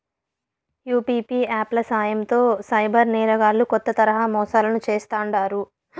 UPI app ల సాయంతో cyber నేరగాల్లు కొత్త తరహా మోసాలను చేస్తాండారు